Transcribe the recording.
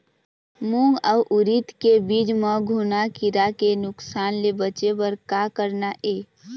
मूंग अउ उरीद के बीज म घुना किरा के नुकसान ले बचे बर का करना ये?